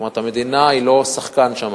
זאת אומרת שהיום המדינה היא לא שחקן שם,